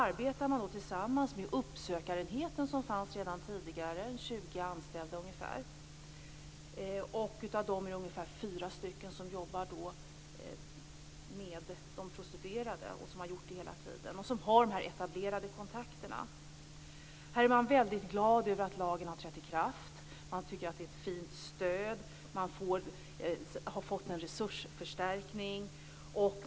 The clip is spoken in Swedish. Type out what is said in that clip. Arbetet bedrivs tillsammans med uppsökarenheten, som fanns redan tidigare. Den har ungefär 20 anställda och av dem är det ungefär fyra stycken som jobbar med de prostituerade, som har gjort det hela tiden och som har de här etablerade kontakterna. Här är man väldigt glad över att lagen har trätt i kraft. Man tycker att det är ett fint stöd. Man har fått en resursförstärkning.